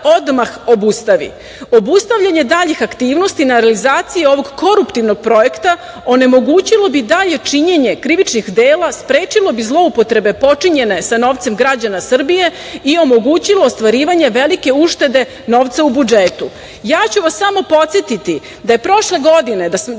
ću vas samo podsetiti da je prošle godine, da je